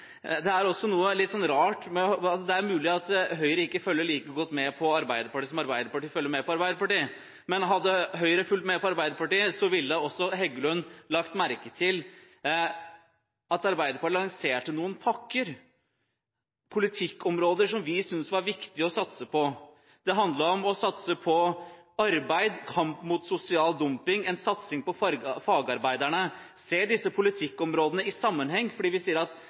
så ville også Heggelund lagt merke til at Arbeiderpartiet lanserte noen pakker, politikkområder som vi syntes var viktige å satse på. Det handlet om å satse på arbeid, kamp mot sosial dumping, en satsing på fagarbeiderne, og om å se disse politikkområdene i sammenheng, for vi sier at